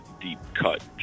deep-cut